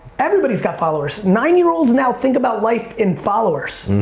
everybody's got followers! nine year olds now think about life in followers.